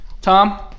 Tom